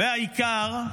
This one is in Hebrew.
והעיקר,